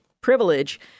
privilege